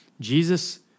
Jesus